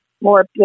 more